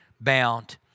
bound